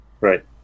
right